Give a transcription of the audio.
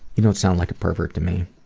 you don't sound like pervert to me.